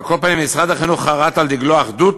על כל פנים, משרד החינוך חרת על דגלו אחדות,